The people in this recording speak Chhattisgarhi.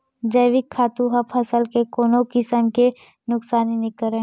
जइविक खातू ह फसल ल कोनो किसम के नुकसानी नइ करय